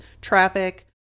traffic